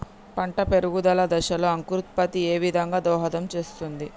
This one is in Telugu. పంట పెరుగుదల దశలో అంకురోత్ఫత్తి ఏ విధంగా దోహదం చేస్తుంది?